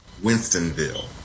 Winstonville